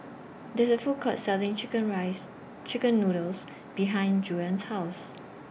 There IS A Food Court Selling Chicken Rice Chicken Noodles behind Juana's House